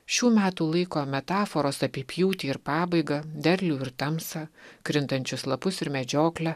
šių metų laiko metaforos apie pjūtį ir pabaigą derlių ir tamsą krintančius lapus ir medžioklę